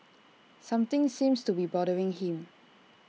something seems to be bothering him